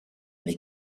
avec